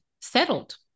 settled